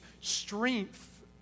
strength